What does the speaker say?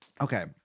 Okay